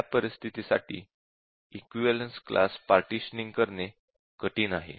या परिस्थितींसाठी equivalence class partitioning करणे कठीण आहे